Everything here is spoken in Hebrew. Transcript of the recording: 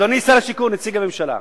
אדוני שר השיכון, נציג הממשלה,